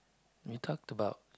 you talked about